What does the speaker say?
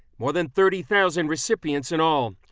more than thirty thousand recipients in all.